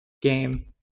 game